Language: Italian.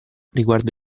riguardo